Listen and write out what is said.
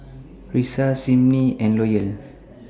Risa Simmie and Loyal